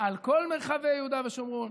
על כל מרחבי יהודה ושומרון,